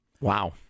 Wow